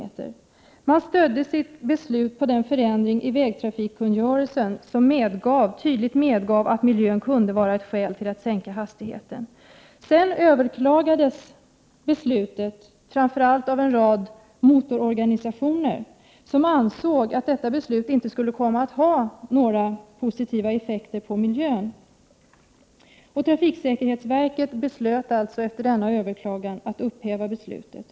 Länsstyrelsen stödde sitt beslut på den förändring i vägtrafikkungörelsen som tydligt medger att miljön kan vara ett skäl till att sänka hastigheten. Beslutet överklagades sedan, framför allt av en rad motororganisationer som ansåg att detta beslut inte skulle innebära några positiva effekter för miljön. Trafiksäkerhetsverket beslöt efter denna överklagan att upphäva beslutet.